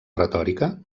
retòrica